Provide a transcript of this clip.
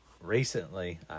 recently